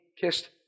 kissed